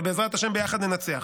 ובעזרת השם ביחד ננצח.